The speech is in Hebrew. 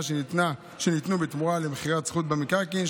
שניתנו בתמורה למכירת זכות במקרקעין,